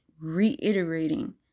reiterating